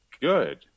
good